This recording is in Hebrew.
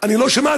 אני לא שמעתי,